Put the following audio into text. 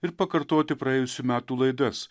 ir pakartoti praėjusių metų laidas